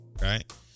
right